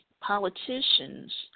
politicians